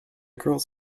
girls